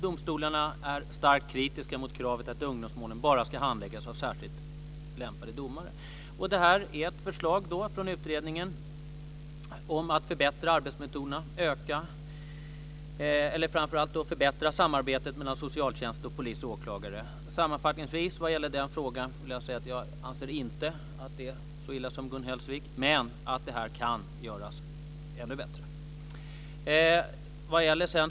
Domstolarna är också starkt kritiska mot kravet att ungdomsmålen bara ska handläggas av särskilt lämpade domare. Det finns ett förslag från utredningen om att förbättra arbetsmetoderna och att öka - och framför allt förbättra - samarbetet mellan socialtjänst, polis och åklagare. Sammanfattningsvis anser jag när det gäller den här frågan inte att det är så illa som Gun Hellsvik menar, men att det kan göras ännu bättre.